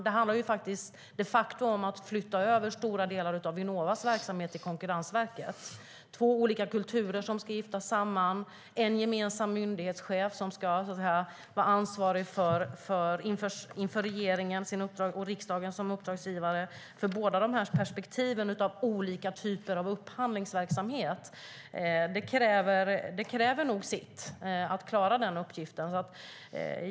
Det handlar de facto om att flytta över stora delar av Vinnovas verksamhet till Konkurrensverket, med två olika kulturer som ska giftas samman, en gemensam myndighetschef som ska vara ansvarig inför regeringen och riksdagen som uppdragsgivare för båda dessa perspektiv med olika typer av upphandlingsverksamhet. Att klara den uppgiften kräver nog sitt.